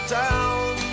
down